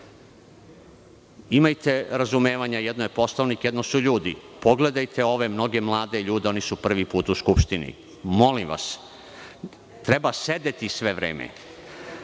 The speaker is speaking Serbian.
imajte razumevanje, jedno je Poslovnik, jedno su ljudi. Pogledajte ove mlade ljude oni su prvi put u Skupštini. Molim vas treba sedeti svo vreme.